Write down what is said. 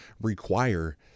require